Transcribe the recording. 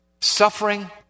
suffering